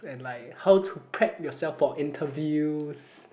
and like how to prep yourself for interviews